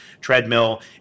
treadmill